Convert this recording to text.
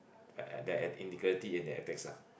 the integrity in their ethics ah